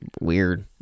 Weird